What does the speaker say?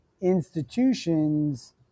institutions